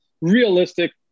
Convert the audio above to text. Realistic